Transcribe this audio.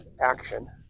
action